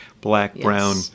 black-brown